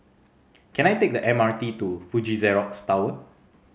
can I take the M R T to Fuji Xerox Tower